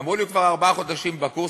אמרו לי: הוא כבר ארבעה חודשים בקורס,